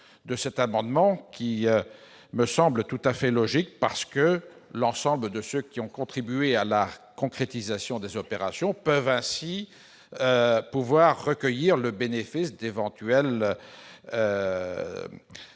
de cet amendement me semble tout à fait logique. L'ensemble de ceux qui ont contribué à la concrétisation des opérations peut ainsi recueillir le bénéfice d'une éventuelle